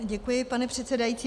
Děkuji, pane předsedající.